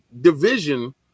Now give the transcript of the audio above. Division